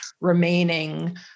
remaining